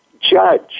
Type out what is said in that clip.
judge